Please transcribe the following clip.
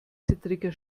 zittriger